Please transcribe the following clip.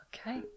okay